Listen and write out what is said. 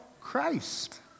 Christ